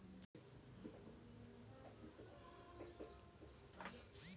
फसल कटनी के समय हमरो गांव मॅ मजदूरी बहुत बढ़ी जाय छै